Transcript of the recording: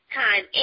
time